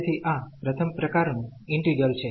તેથી આ પ્રથમ પ્રકારનું ઈન્ટિગ્રલ છે